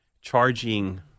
charging